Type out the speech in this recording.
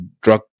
drug